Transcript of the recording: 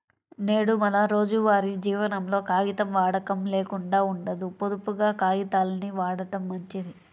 నేడు మన రోజువారీ జీవనంలో కాగితం వాడకం లేకుండా ఉండదు, పొదుపుగా కాగితాల్ని వాడటం మంచిది